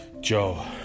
Joe